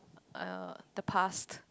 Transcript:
err the past